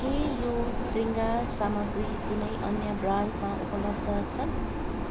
के यो शृङ्गार सामग्री कुनै अन्य ब्रान्डमा उपलब्ध छन्